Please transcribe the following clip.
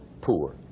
poor